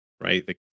right